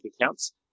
accounts